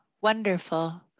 Wonderful